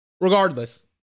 Regardless